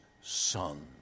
son